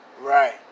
Right